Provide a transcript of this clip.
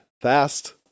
fast